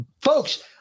folks